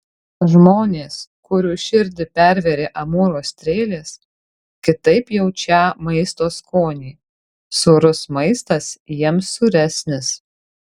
žmonės kurių širdį pervėrė amūro strėlės kitaip jaučią maisto skonį sūrus maistas jiems sūresnis